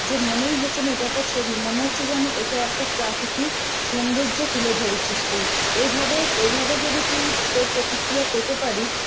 যে মনেই হচ্ছে না এটা একটা ছবি মনে হচ্ছে যেন এটা একটা প্রাকৃতিক সৌন্দর্য তুলে ধরেছিস তুই এইভাবে এভাবে যদি তুই তোর প্রতিক্রিয়া পেতে পারিস